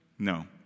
No